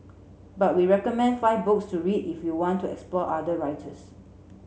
but we recommend five books to read if you want to explore other writers